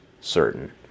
certain